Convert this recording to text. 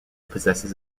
possesses